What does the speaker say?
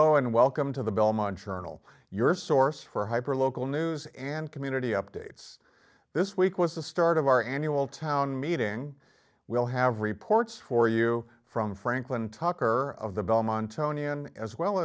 go and welcome to the belmont journal your source for hyper local news and community updates this week was the start of our annual town meeting we'll have reports for you from franklin tucker of the belmont tony and as well